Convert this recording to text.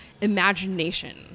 imagination